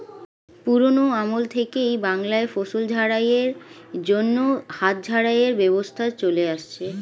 পুরোনো আমল থেকেই বাংলায় ফসল ঝাড়াই এর জন্য হাত ঝাড়াই এর ব্যবস্থা চলে আসছে